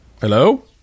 Hello